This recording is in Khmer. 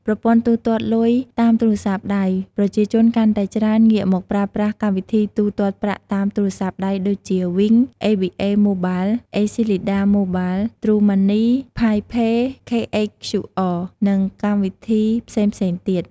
ប្រព័ន្ធទូទាត់លុយតាមទូរស័ព្ទដៃ ប្រជាជនកាន់តែច្រើនងាកមកប្រើប្រាស់កម្មវិធីទូទាត់ប្រាក់តាមទូរស័ព្ទដៃដូចជា វីង (Wing), អេប៊ីអេ ម៉ូបាល (ABA Mobile), អេស៊ីលីដា ម៉ូបាល (Acleda Mobile), ទ្រូ ម៉ាន់នី (TrueMoney), ផាយ ផេរ (Pi Pay), ខេ អេច ខ្យូ អរ (KHQR) និងកម្មវិធីផ្សេងៗទៀត។